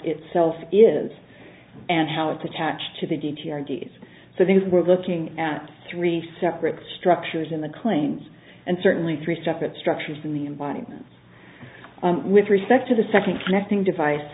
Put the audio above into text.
itself is and how it's attached to the d t r d s so these we're looking at three separate structures in the claims and certainly three separate structures in the environment with respect to the second connecting device